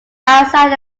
outside